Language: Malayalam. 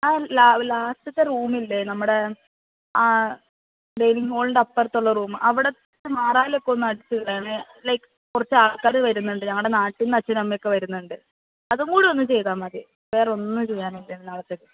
ആ ലാസ്റ്റിലത്തെ റൂമില്ലേ നമ്മുടെ ആ ഡെയിനിംഗ് ഹോളിന്റെ അപ്പുറത്തുള്ള റൂം അവിടുത്തെ മാറാലയൊക്കെ അടിച്ചിടണേ ലൈക് കുറച്ച് ആൾക്കാര് വരുന്നുണ്ട് ഞങ്ങളുടെ നാട്ടിൽ നിന്ന് അച്ഛനും അമ്മയൊക്കെ വരുന്നുണ്ട് അതും കൂടി ഒന്ന് ചെയ്താൽ മതി വേറെ ഒന്നും ചെയ്യാനില്ല ഇനി നാളെത്തേക്ക്